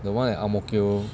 the one at ang mo kio